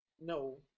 No